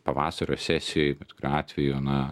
pavasario sesijoj atveju na